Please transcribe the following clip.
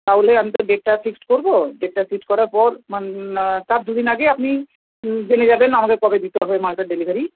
তাহলে আমি তো ডেটটা ফিক্সড করবো ডেটটা ফিক্সড করার পর মানে না তার দু দিন আগে আপনি জেনে যাবেন আমাকে কবে দিতে হবে মালটা ডেলিভারি